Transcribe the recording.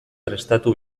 prestatu